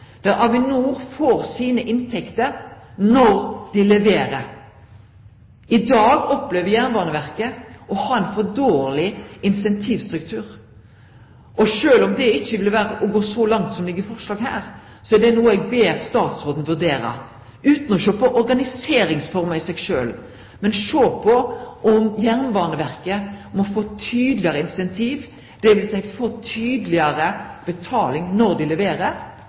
der Avinor får sine inntekter når dei leverer. I dag opplever Jernbaneverket å ha ein for dårleg incentivstruktur. Sjølv om det ikkje vil vere å gå så langt som det ligg forslag om her, så er det noko eg ber statsråden vurdere utan å sjå på organiseringsforma i seg sjølv, men sjå på om Jernbaneverket må få tydelegare incentiv, dvs. få betaling når dei leverer, og ikkje betaling når dei ikkje leverer.